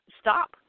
stop